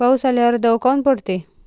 पाऊस आल्यावर दव काऊन पडते?